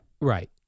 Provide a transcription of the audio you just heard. Right